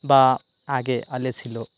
বা আগে আলেয়া ছিল